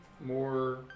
more